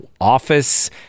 office